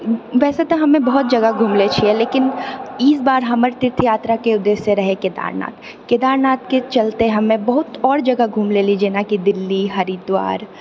वैसे तऽ हमे बहुत जगह घुमलै छिऐ लेकिन इस बार हमर तीर्थ यात्राके उद्देश्य रहै केदारनाथ केदारनाथके चलते हमे बहुत आओर जगह घुमि लेलिऐ जेनाकि दिल्ली हरिद्वार